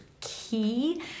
key